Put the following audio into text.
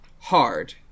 hard